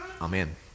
amen